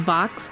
Vox